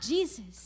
Jesus